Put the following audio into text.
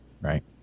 Right